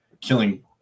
killing